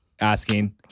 asking